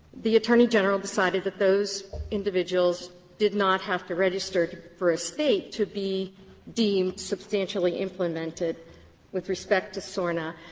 the attorney general decided that those individuals did not have to register for a state to be deemed substantially implemented with respect to sorna.